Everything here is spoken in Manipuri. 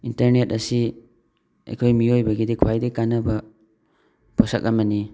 ꯏꯟꯇꯔꯅꯦꯠ ꯑꯁꯤ ꯑꯩꯈꯣꯏ ꯃꯤꯑꯣꯏꯕꯒꯤꯗꯤ ꯈ꯭ꯋꯥꯏꯗꯩ ꯀꯥꯟꯅꯕ ꯄꯣꯠꯁꯛ ꯑꯃꯅꯤ